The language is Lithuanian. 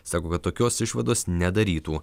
sako kad tokios išvados nedarytų